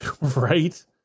right